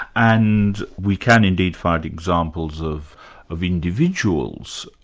and we can indeed find examples of of individuals,